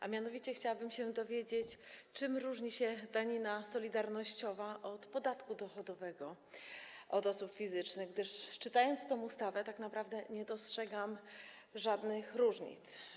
A mianowicie chciałabym się dowiedzieć, czym różni się danina solidarnościowa od podatku dochodowego od osób fizycznych, gdyż czytając tę ustawę, tak naprawdę nie dostrzegam żadnych różnic.